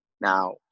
Now